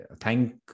thank